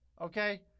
Okay